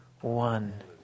one